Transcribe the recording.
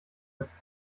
dass